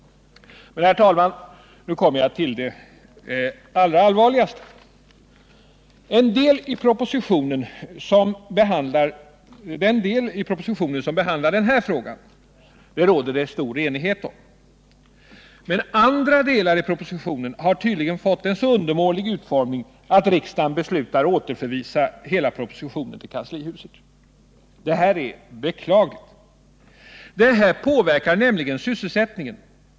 Herr talman! Nu kommer jag till det allra allvarligaste. Den del av propositionen som behandlar den här frågan råder det stor enighet om. Men andra delar av propositionen har tydligen fått en så undermålig utformning att riksdagen beslutar att återförvisa hela propositionen till kanslihuset. Det är beklagligt. Det påverkar nämligen sysselsättningen.